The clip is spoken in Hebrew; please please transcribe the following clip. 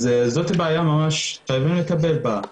אז זאת בעיה שחייבים לטפל בה.